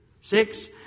Six